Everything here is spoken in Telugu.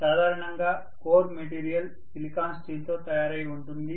సాధారణంగా కోర్ మెటీరియల్ సిలికాన్ స్టీల్ తో తయారయి ఉంటుంది